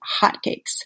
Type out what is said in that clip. hotcakes